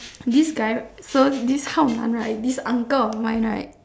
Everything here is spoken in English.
this guy so this hao nan right this uncle of mine right